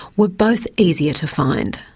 were both easier to find.